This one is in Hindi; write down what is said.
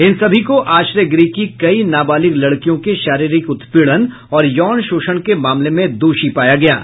इन सभी को आश्रयगृह की कई नाबालिग लड़कियों के शारीरिक उत्पीड़न और यौन शोषण के मामले में दोषी पाया गया है